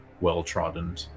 well-trodden